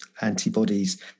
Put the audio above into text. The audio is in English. antibodies